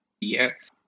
Yes